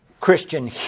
Christian